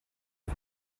and